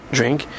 drink